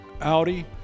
Audi